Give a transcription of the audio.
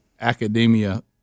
academia